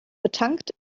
betankt